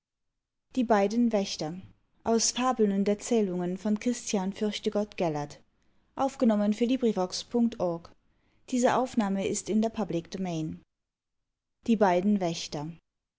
die beiden hunde die